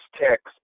text